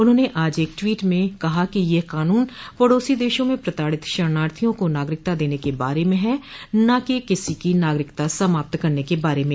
उन्होंने आज एक ट्वीट में कहा कि यह कानून पड़ोसी देशों में प्रताडित शरणार्थियों को नागरिकता देने के बारे में है न कि किसी की नागरिकता समाप्त करने के बारे में